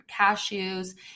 cashews